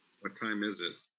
what time is it,